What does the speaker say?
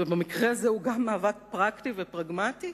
ובמקרה הזה הוא גם מאבק פרקטי ופרגמטי.